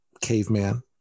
caveman